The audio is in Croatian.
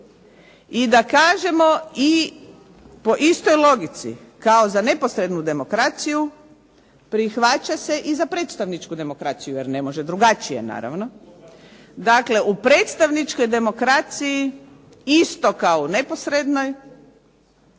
i da kažemo i po istoj logici kao za neposrednu demokraciju prihvaća se i za predstavničku demokraciju jer ne može drugačije naravno. Dakle, u predstavničkoj demokraciji isto kao u neposrednoj